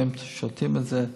שהן שותות את זה.